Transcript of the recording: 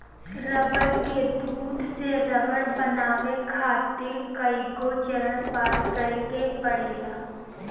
रबड़ के दूध से रबड़ बनावे खातिर कईगो चरण पार करे के पड़ेला